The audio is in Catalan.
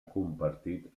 compartit